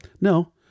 No